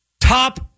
top